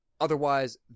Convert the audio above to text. otherwise